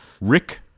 Rick